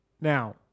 Now